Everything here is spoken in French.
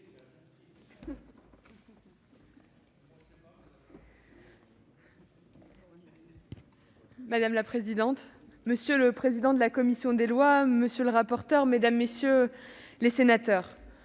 Madame la présidente, monsieur le président de la commission des lois, monsieur le rapporteur, mesdames, messieurs les sénateurs,